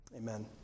Amen